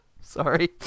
Sorry